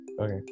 Okay